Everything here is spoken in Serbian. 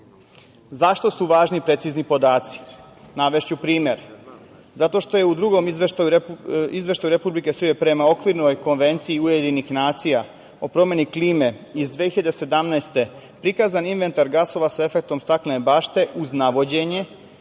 tu važni precizni podaci? Navešću primer. Zato što je u drugom izveštaju Republike Srbije prema okvirnoj Konvenciji UN u promeni klime iz 2017. godine prikazan inventar gasova sa efektom staklene bašte, uz navođenje